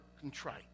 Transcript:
contrite